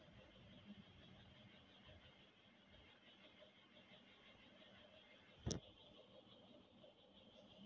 మా తాతకి ఆ పశువలంటే ఎంతో ప్రాణం, వాటిని మా కుటుంబంలో భాగంగా చూసేవాళ్ళు